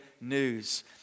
news